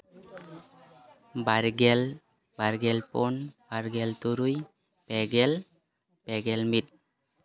ᱵᱟᱨᱜᱮᱞ ᱵᱟᱨᱜᱮᱞ ᱯᱩᱱ ᱵᱟᱨᱜᱮᱞ ᱛᱩᱨᱩᱭ ᱯᱮᱜᱮᱞ ᱯᱮᱜᱮᱞ ᱢᱤᱫ